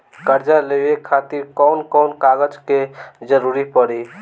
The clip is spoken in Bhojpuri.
कर्जा लेवे खातिर कौन कौन कागज के जरूरी पड़ी?